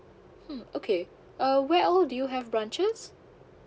hmm okay uh where do you have branches